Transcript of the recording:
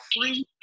free